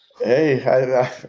Hey